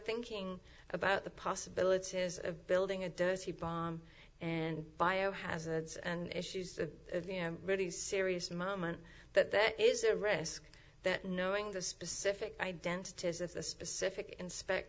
thinking about the possibility is of building a dirty bomb and biohazards and issues of you know really serious moment that that is a risk that knowing the specific identity has a specific inspect